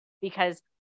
Because-